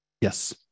Yes